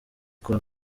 kwa